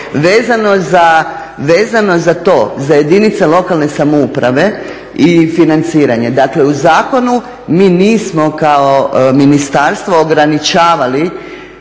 Vezano za jedinice lokalne samouprave i financiranje, dakle u zakonu mi nismo kao ministarstvo ograničavali